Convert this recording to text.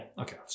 Okay